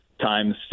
times